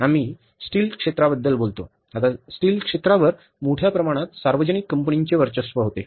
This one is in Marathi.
आम्ही स्टील क्षेत्राबद्दल बोलतो आता स्टील क्षेत्रावर मोठ्या प्रमाणात सार्वजनिक कंपनीचे वर्चस्व होते